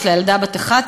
יש לה ילדה בת 11,